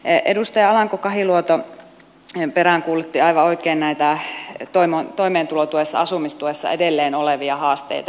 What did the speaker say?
edustaja alanko kahiluoto peräänkuulutti aivan oikein näitä toimeentulotuessa asumistuessa edelleen olevia haasteita